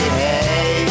hey